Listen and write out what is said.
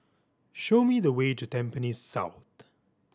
show me the way to Tampines South